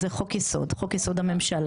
זה חוק יסוד, חוק יסוד הממשלה.